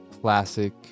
classic